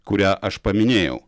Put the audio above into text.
kurią aš paminėjau